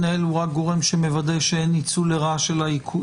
תכליתה ברורה, לשונה ברורה.